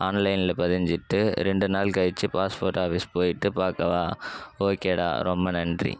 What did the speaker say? ஆன்லைனில் பதிஞ்சுட்டு ரெண்டு நாள் கழித்து பாஸ்போட் ஆஃபிஸ் போய்ட்டு பார்க்கவா ஓகேடா ரொம்ப நன்றி